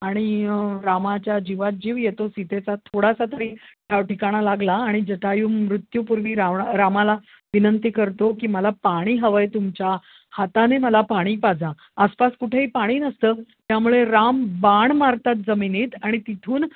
आणि रामाच्या जीवात जीव येतो सीतेचा थोडासा तरी ठावठिकाणा लागला आणि जटायू मृत्यूपूर्वी रावणा रामाला विनंती करतो की मला पाणी हवं आहे तुमच्या हाताने मला पाणी पाजा आसपास कुठेही पाणी नसतं त्यामुळे राम बाण मारतात जमिनीत आणि तिथून